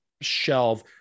shelve